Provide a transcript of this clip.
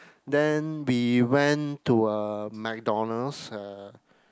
then we went to a McDonalds uh